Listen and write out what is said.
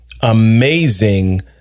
amazing